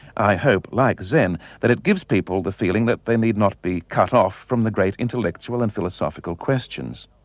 i hope, like zen, that it gives people the feeling that they need not be cut off from the great intellectual and philosophical questions.